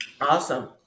Awesome